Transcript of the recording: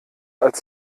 erst